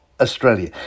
Australia